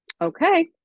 okay